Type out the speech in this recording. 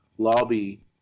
lobby